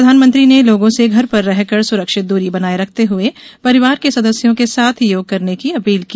प्रधानमंत्री ने लोगों से घर पर रहकर सुरक्षित दूरी बनाये रखते हुए परिवार के सदस्यों के साथ योग करने की अपील की